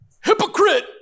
Hypocrite